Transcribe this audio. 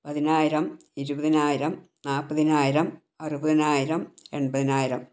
പതിനായിരം ഇരുപതിനായിരം നാൽപ്പതിനായിരം അറുപതിനായിരം എൺപതിനായിരം